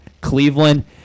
Cleveland